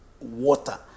water